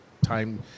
time